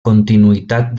continuïtat